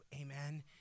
Amen